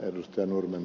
kannatan ed